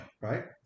Right